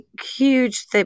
Huge